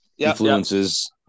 influences